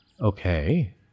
Okay